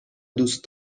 دوست